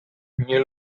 nie